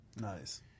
Nice